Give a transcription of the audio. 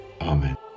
Amen